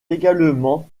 également